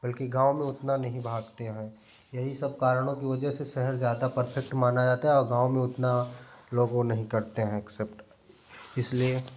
बल्कि गाँव में उतना नहीं भागते हैं यही सब कारणों की वजह से शहर ज़्यादा परफेक्ट माना ज़्यादा है और गाँव में उतना लोग वो नहीं करते हैं एक्सेप्ट इसलिए